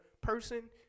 person